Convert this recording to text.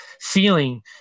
feeling